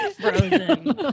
frozen